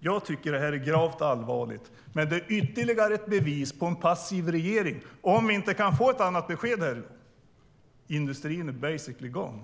Jag tycker att det här är gravt allvarligt, men det är ytterligare ett bevis på en passiv regering, om vi inte kan få ett annat besked än att industrin är basically gone.